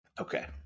Okay